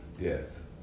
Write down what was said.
Yes